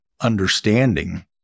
understanding